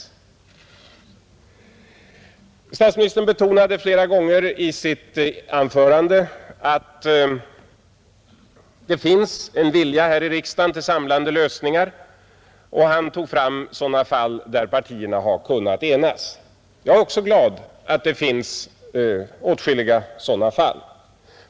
Statsministern betonade flera gånger i sitt anförande att det nu finns en vilja här i riksdagen att åstadkomma samlande lösningar och han tog upp sådana fall där partierna har kunnat enas. Jag är också glad över att det finns åtskilliga sådana fall.